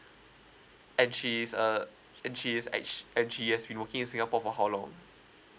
and she's a and she's ac~ and she's been working in singapore for how long